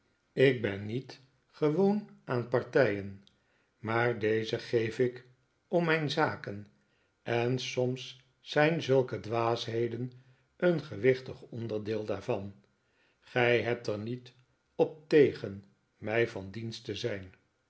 ik ben niet gewoon aan partijen maar deze geef ik om mijn zaken en soms zijn zulke dwaasheden een gewichtig onderdeel daarvan gij hebt er niet op tegen mij van dienst te zijn